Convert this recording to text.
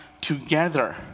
together